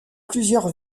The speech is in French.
plusieurs